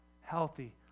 healthy